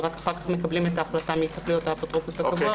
ורק אחר כך מקבלים את ההחלטה מי צריך להיות האפוטרופוס הקבוע,